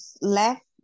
left